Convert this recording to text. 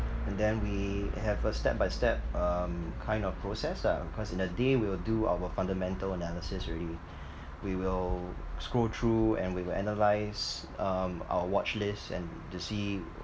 and then we have a step by step um kind of process ah because in a day we'll do our fundamental analysis already we will scroll through and we will analyse um our watchlist and to see